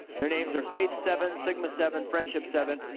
their names are faith seven, sigma seven, friendship seven,